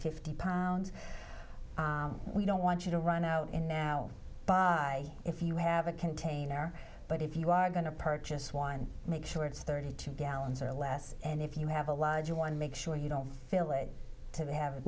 fifty pounds we don't want you to run out in now if you have a container but if you are going to purchase one make sure it's thirty two gallons or less and if you have a larger one make sure you don't feel it to have